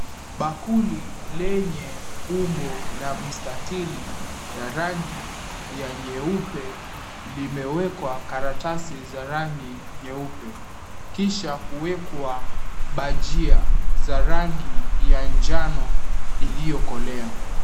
Bakuli lenye umbo la mstatili la rangi ya nyeupe limewekwa karatasi za rangi nyeupe kisha kuwekwa bajia za rangi ya njano iliyokolea.